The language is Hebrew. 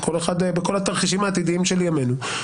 כל אחד בכל התרחישים העתידיים של ימינו,